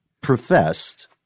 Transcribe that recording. professed